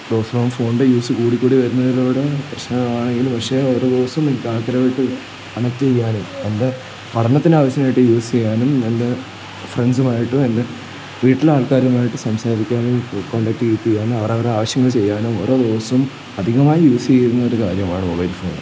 ദിവസവും ഫോണിൻ്റെ യൂസ് കൂടിക്കൂടി വരുന്നതിനോട് പ്രശ്നമാണെങ്കിലും പക്ഷെ ഓരോ ദിവസവും എനിക്ക് കണക്ട് ചെയ്യാനും എൻ്റെ പഠനത്തിനാവശ്യമായിട്ട് യൂസ് ചെയ്യാനും എൻ്റെ ഫ്രണ്ട്സുമായിട്ടും എൻ്റെ വീട്ടിലാൾക്കാരുമായിട്ട് സംസാരിക്കാനും കോൺടാക്ട് ചെയ്യിപ്പിക്കാനും അവരവരുടെ ആവശ്യങ്ങൾ ചെയ്യാനും ഓരോ ദിവസവും അധികമായി യൂസ് ചെയ്യുന്ന ഒരു കാര്യമാണ് മൊബൈൽ ഫോൺ